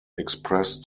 expressed